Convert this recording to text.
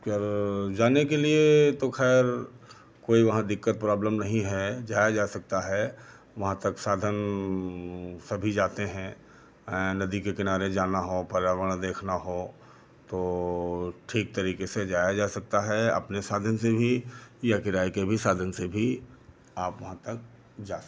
कर जाने के लिए तो खैर कोई वहाँ दिक्कत प्रॉब्लम नहीं है जाया जा सकता है वहाँ तक साधन सभी जाते हैं नदी के किनारे जाना हो पर्यावरण देखना हो तो ठीक तरीके से जाया जा सकता है आने साधन से भी या किराए के साधन से भी आप वहाँ तक जा सकते हैं